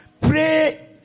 pray